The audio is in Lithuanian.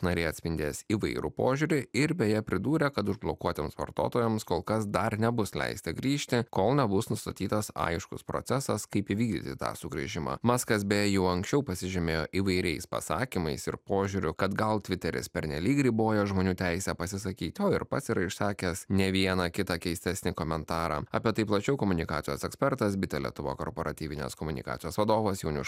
nariai atspindės įvairų požiūrį ir beje pridūrė kad užblokuotiems vartotojams kol kas dar nebus leista grįžti kol bus nustatytas aiškus procesas kaip įvykdytą sugrįžimą mazgas be jau anksčiau pasižymėjo įvairiais pasakymais ir požiūrio kad gal tviteris pernelyg riboja žmonių teisę pasisakyti o ir pats yra išsakęs ne vieną kitą keistesni komentarą apie tai plačiau komunikacijos ekspertas bitė lietuva korporatyvizmas komunikacijos vadovas jaunius